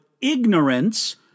ignorance